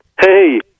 Hey